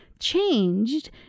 changed